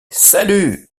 salut